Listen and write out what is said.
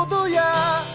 um ilya!